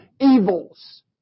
evils